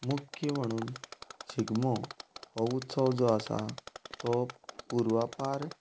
मुख्य म्हणून शिगमो हो उत्सव जो आसा तो पुर्वापार